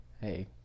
hey